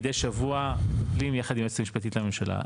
מדי שבוע מקבלים יחד עם היועצת משפטית לממשלה.